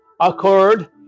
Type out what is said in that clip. occurred